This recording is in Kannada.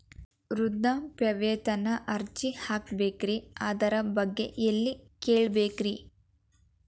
ವೃದ್ಧಾಪ್ಯವೇತನ ಅರ್ಜಿ ಹಾಕಬೇಕ್ರಿ ಅದರ ಬಗ್ಗೆ ಎಲ್ಲಿ ಕೇಳಬೇಕ್ರಿ?